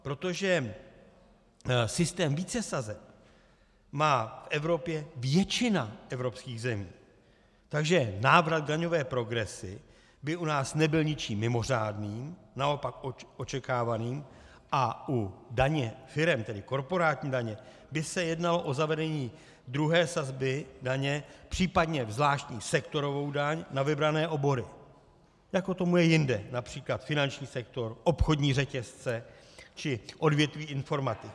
Protože systém více sazeb má v Evropě většina evropských zemí, takže návrat k daňové progresi by u nás nebyl ničím mimořádným, naopak očekávaným, a u daně firem, tedy korporátní daně, by se jednalo o druhé sazby daně, případně zvláštní sektorovou daň na vybrané obory, jako tomu je jinde, např. finanční sektor, obchodní řetězce či odvětví informatiky.